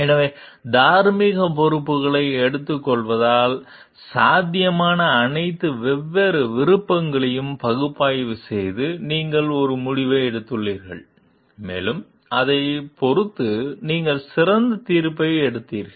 எனவே தார்மீக பொறுப்புகளை எடுத்துக்கொள்வதால் சாத்தியமான அனைத்து வெவ்வேறு விருப்பங்களையும் பகுப்பாய்வு செய்து நீங்கள் ஒரு முடிவை எடுத்துள்ளீர்கள் மேலும் அதைப் பொறுத்து நீங்கள் சிறந்த தீர்ப்பை எடுத்தீர்கள்